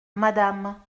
madame